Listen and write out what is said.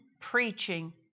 preaching